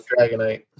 dragonite